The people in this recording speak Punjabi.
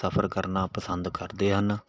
ਸਫਰ ਕਰਨਾ ਪਸੰਦ ਕਰਦੇ ਹਨ